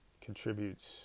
contributes